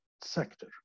sector